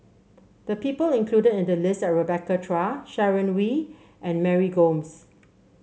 the people included in the list are Rebecca Chua Sharon Wee and Mary Gomes